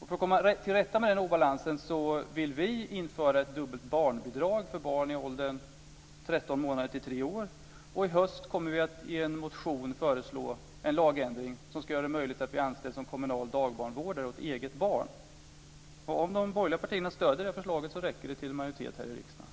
För att komma till rätta med den obalansen vill vi införa ett dubbelt barnbidrag för barn i åldrarna 13 månader-3 år, och i höst kommer vi i en motion att föreslå en lagändring som ska göra det möjligt att bli anställd som kommunal dagbarnvårdare av eget barn. Om de borgerliga partierna stöder detta förslag, räcker det till en majoritet här i riksdagen.